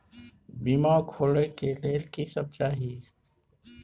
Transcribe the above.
बीमा खोले के लेल की सब चाही?